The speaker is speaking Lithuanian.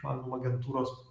magnum agentūros